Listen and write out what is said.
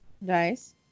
Nice